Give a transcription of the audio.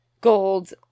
Gold